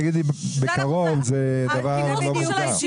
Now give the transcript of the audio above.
בקרוב זה דבר לא מוגדר.